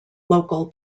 local